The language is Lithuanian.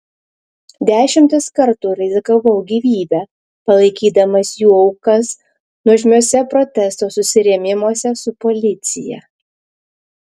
dešimtis kartų rizikavau gyvybe palaikydamas jų aukas nuožmiuose protesto susirėmimuose su policija